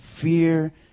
fear